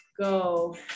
go